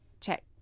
check